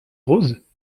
rose